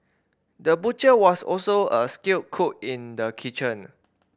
the butcher was also a skilled cook in the kitchen